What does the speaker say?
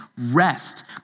rest